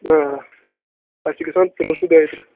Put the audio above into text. آ پَتہٕ چھِ گژھان ترٕہ ٹُو دۄیہِ ترٕٛہ